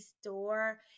store